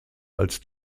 als